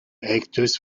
actors